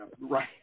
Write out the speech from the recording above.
Right